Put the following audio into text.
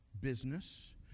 business